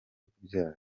kubyara